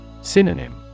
Synonym